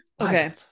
Okay